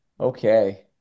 Okay